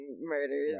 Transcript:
murders